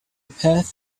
path